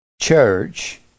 Church